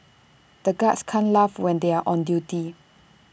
the guards can't laugh when they are on duty